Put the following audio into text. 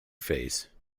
phase